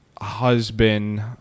husband